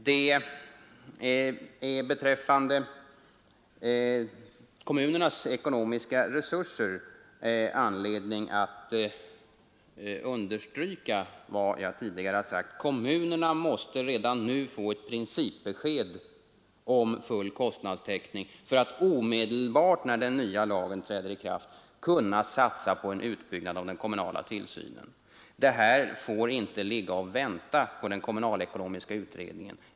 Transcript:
Det är beträffande kommunernas ekonomiska resurser anledning att understryka vad jag tidigare har sagt: Kommunerna måste redan nu få ett principbesked om full kostnadstäckning för att omedelbart när den nya lagen träder i kraft kunna satsa på en utbyggnad av den kommunala tillsynen. Det här får inte ligga och vänta på den kommunalekonomiska utredningen.